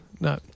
no